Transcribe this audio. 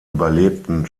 überlebten